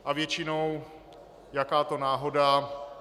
A většinou, jaká to náhoda?